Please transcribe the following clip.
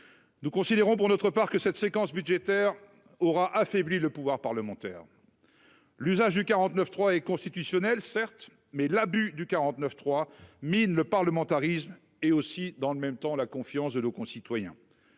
Nous considérons pour notre part que cette séquence budgétaire aura affaibli le pouvoir parlementaire. Certes, l'usage du 49.3 est constitutionnel, mais l'abus du 49.3 mine le parlementarisme et, dans le même temps, la confiance de nos concitoyens.